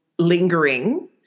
lingering